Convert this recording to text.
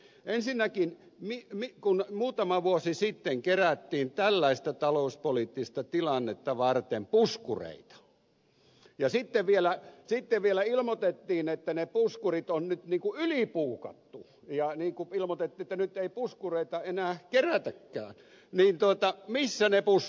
ensinnäkin kun muutama vuosi sitten kerättiin tällaista talouspoliittista tilannetta varten puskureita ja sitten vielä ilmoitettiin että ne puskurit on nyt ylibuukattu ja ilmoitettiin että nyt ei puskureita enää kerätäkään niin missä ne puskurit ovat